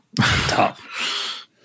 Tough